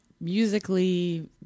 Musically